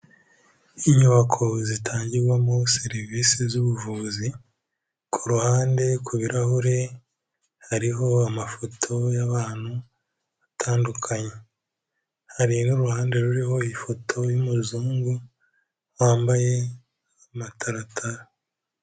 Inyubako zitangirwamo serivisi z'ubuvuzi, ku ruhande ku birahure hariho amafoto y'abantu atandukanye. Hari n'uruhande ruriho ifoto y'umuzungu wambaye amataratara.